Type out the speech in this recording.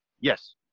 Yes